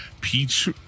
peach